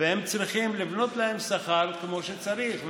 וצריכים לבנות להם שכר כמו שצריך.